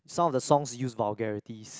some of the songs use vulgarities